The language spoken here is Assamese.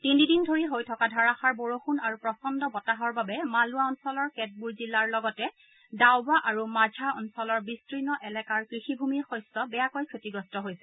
তিনিদিন ধৰি হৈ থকা ধাৰাষাৰ বৰষুণ আৰু প্ৰচণ্ড বতাহৰ বাবে মালোৱা অঞ্চলৰ কেতবোৰ জিলাৰ লগতে দাওবা আৰু মাঝহা অঞ্চলৰ বিস্তৰ্ণ এলেকাৰ কৃষি ভূমিৰ শস্য বেয়াকৈ ক্ষতিগ্ৰস্ত হৈছে